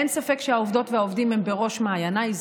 אין ספק שהעובדות והעובדים הם בראשי מעייניי,